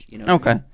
Okay